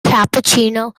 cappuccino